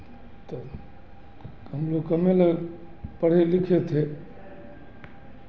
तो हम लोग कमे लोग पढ़े लिखे थे